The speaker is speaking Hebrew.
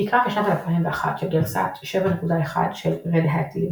בדיקה משנת 2001 של גרסה 7.1 של Red Hat Linux